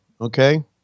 Okay